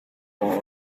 more